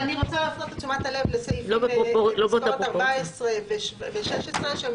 אני רוצה להפנות את תשומת הלב לפסקאות (14) ו-(16) שהן